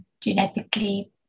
genetically